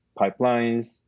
pipelines